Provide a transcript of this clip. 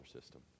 system